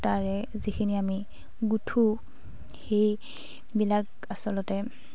সূতাৰে যিখিনি আমি গুঠোঁ সেইবিলাক আচলতে